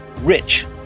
rich